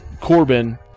Corbin